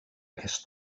aquest